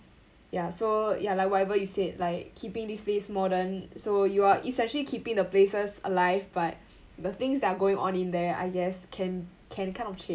ya so ya like whatever you said like keeping this place modern so you are it's actually keeping the places alive but the things that are going on in there I guess can can kind of change